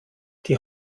die